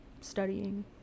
studying